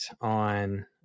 on